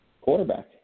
quarterback